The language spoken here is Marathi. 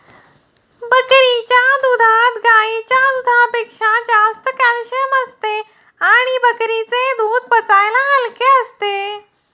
बकरीच्या दुधात गाईच्या दुधापेक्षा जास्त कॅल्शिअम असते आणि बकरीचे दूध पचायला हलके असते